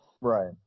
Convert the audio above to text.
Right